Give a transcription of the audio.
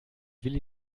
willi